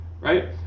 right